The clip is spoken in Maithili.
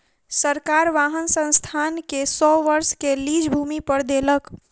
सरकार वाहन संस्थान के सौ वर्ष के लीज भूमि पर देलक